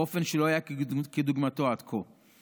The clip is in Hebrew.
באופן שלא היה כדוגמתו עד כה.